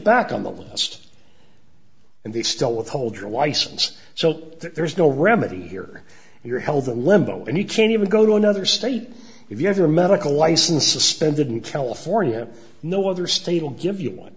back on the list and they still withhold your weismann's so there's no remedy here you're held the limbo and you can even go to another state if you have your medical license suspended in california no other state will give you one